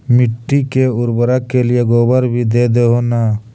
मिट्टी के उर्बरक के लिये गोबर भी दे हो न?